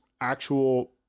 actual